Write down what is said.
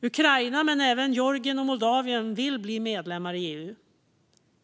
Ukraina och även Georgien och Moldavien vill bli medlemmar i EU.